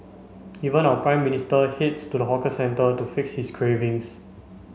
even our Prime Minister heads to the hawker centre to fix his cravings